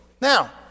Now